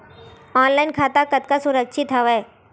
Online खाता कतका सुरक्षित हवय?